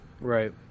right